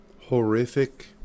horrific